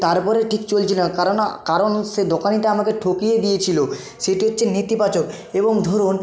তার পরেও ঠিক চলছিল না কারণ সে দোকানিটা আমাকে ঠকিয়ে দিয়েছিল সেটি হচ্ছে নেতিবাচক এবং ধরুন